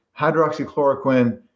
hydroxychloroquine